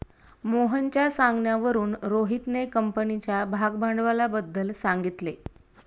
मोहनच्या सांगण्यावरून रोहितने कंपनीच्या भागभांडवलाबद्दल सांगितले